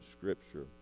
Scripture